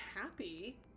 happy